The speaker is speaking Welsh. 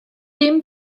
dim